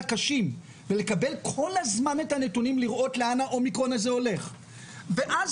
הקשים ולקבל כל הזמן את הנתונים ולראות לאן הווריאנט הזה הולך ואז